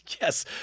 Yes